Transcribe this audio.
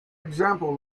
example